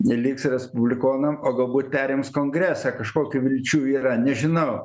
neliks respublikonam o galbūt perims kongresą kažkokių vilčių yra nežinau